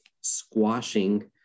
squashing